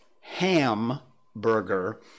ham-burger